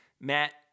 Matt